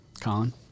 Colin